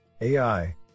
AI